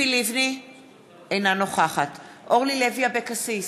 אינה נוכחת אורלי לוי אבקסיס,